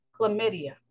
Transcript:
Chlamydia